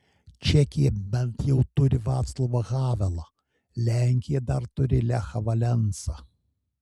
čekija bent jau turi vaclovą havelą lenkija dar turi lechą valensą